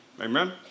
Amen